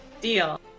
Deal